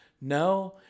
No